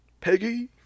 Peggy